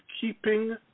keeping